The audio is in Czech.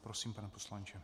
Prosím, pane poslanče.